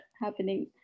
happening